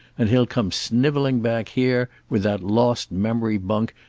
and he'll come snivelling back here, with that lost memory bunk,